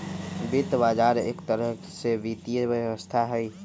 वित्त बजार एक तरह से वित्तीय व्यवस्था हई